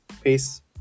Peace